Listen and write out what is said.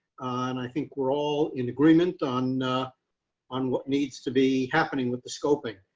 and i think we're all in agreement on on what needs to be happening with the scoping